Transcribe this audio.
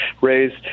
raised